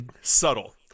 Subtle